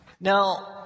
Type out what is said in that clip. now